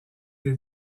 des